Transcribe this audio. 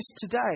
today